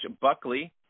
Buckley